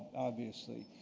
obviously.